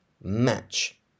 Match